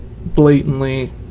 blatantly